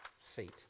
feet